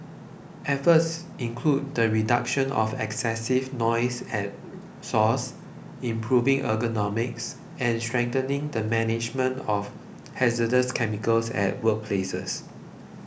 efforts include the reduction of excessive noise at source improving ergonomics and strengthening the management of hazardous chemicals at workplaces